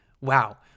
wow